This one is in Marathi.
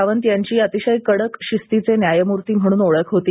सावंत यांची अतिशय कडक शिस्तीचे न्यायमूर्ती म्हणून ओळख होती